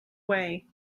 way